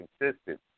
consistent